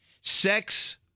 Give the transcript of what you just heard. Sex